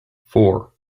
four